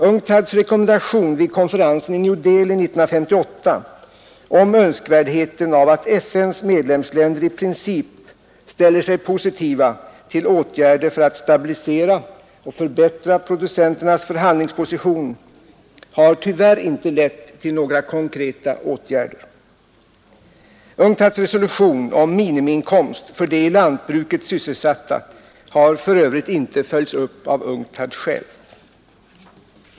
UNCTAD:s rekommendation vid konferensen i New Delhi 1968 om önskvärdheten av att FN:s medlemsländer i princip ställer sig positiva till åtgärder för att stabilisera och förbättra producenternas förhandlingsposition har tyvärr inte lett till några konkreta åtgärder. UNCTAD:s resolution om minimiinkomst för de i lantbruket sysselsatta har för övrigt inte följts upp av UNCTAD själv.